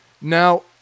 Now